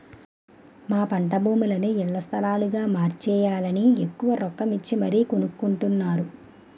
మా పంటభూములని ఇళ్ల స్థలాలుగా మార్చేయాలని ఎక్కువ రొక్కమిచ్చి మరీ కొనుక్కొంటున్నారు